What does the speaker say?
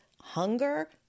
hunger